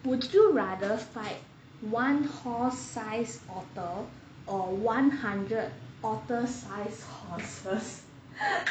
would you rather fight one horse sized otter or one hundred otters sized horses